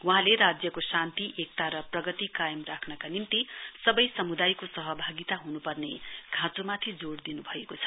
वहाँले राज्यको शान्तिएक्ता र प्रगतु कायम राख्ना निम्ति सबै समूदायको सहभागिता हन्पर्ने खाँचोमाथि जोड़ दिन्भएको छ